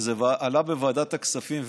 זה עלה בוועדת הכספים,